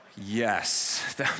Yes